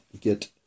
get